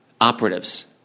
operatives